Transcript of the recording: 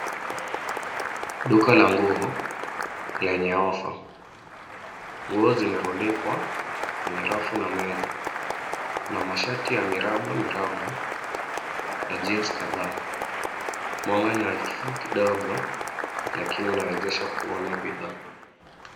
Duka la nguo lenye ofa. Nguo zimerundikwa kwenye rafu na meza na mashati ya miraba miraba na jeans kadhaa. Mwanga ni hafifu kidogo lakini unawezesha kuona bidhaa.